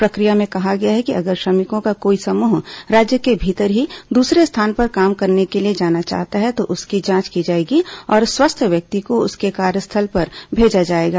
प्रक्रिया में कहा गया है कि अगर श्रमिकों का कोई समूह राज्य के भीतर ही दूसरे स्थान पर काम करने के लिए जाना चाहता है तो उनकी जांच की जाएगी और स्वस्थ व्यक्ति को उसके कार्यस्थल पर भेजा जाएगा